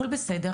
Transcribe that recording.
הכל בסדר,